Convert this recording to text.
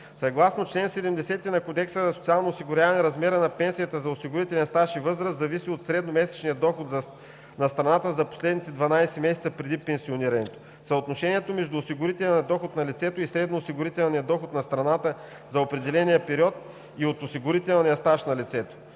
Съгласно чл. 70 на Кодекса за социално осигуряване размерът на пенсията за осигурителен стаж и възраст зависи от средномесечния доход на страната за последните 12 месеца преди пенсионирането, съотношението между осигурителния доход на лицето и средноосигурителния доход на страната за определения период, и от осигурителния стаж на лицето.